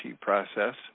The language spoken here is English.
process